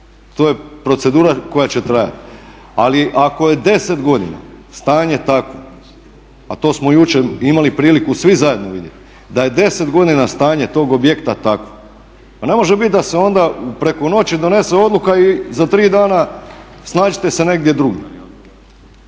to je procedura koja će trajati. Ali ako je 10 godina stanje takvo a to smo jučer imali priliku svi zajedno vidjeti da je 10 godina stanje tog objekta takvo, pa ne može bit da se onda preko noći donese odluka i za 3 dana snađite se negdje drugdje.